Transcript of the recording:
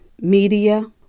media